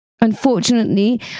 Unfortunately